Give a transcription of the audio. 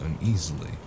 uneasily